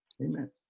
Amen